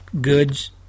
goods